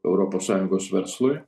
europos sąjungos verslui